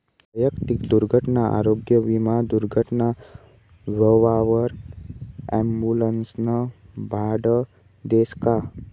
वैयक्तिक दुर्घटना आरोग्य विमा दुर्घटना व्हवावर ॲम्बुलन्सनं भाडं देस का?